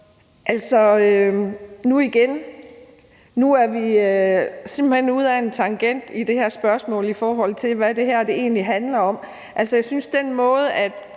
nu går vi igen ud af en tangent i det her spørgsmål, i forhold til hvad det her egentlig handler om.